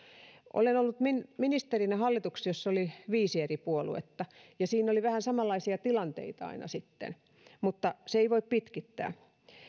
olen ollut ministerinä hallituksessa jossa oli viisi eri puoluetta ja siinä oli sitten aina vähän samanlaisia tilanteita mutta se ei voi pitkittää